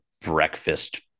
breakfast